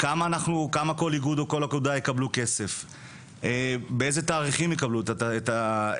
כמה כסף יקבל כל איגוד או אגודה ובאיזה תאריכים יקבלו את התמיכה.